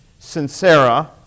sincera